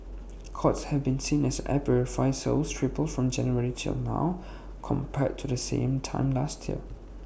courts has been seen as air purifier sales triple from January till now compared to the same time last year